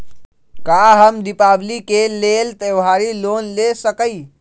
का हम दीपावली के लेल त्योहारी लोन ले सकई?